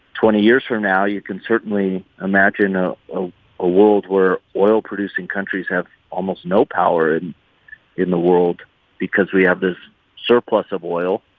twenty years from now, you can certainly imagine a ah ah world where oil-producing countries have almost no power in in the world because we have this surplus of oil,